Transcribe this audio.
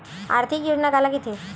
आर्थिक योजना काला कइथे?